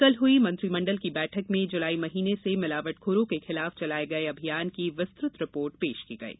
कल हुई मंत्री मंडल की बैठक में जुलाई महीने से भिलावटखोरों के खिलाफ चलाए गए अभियान की विस्तृत रिपोर्ट पेश की गईे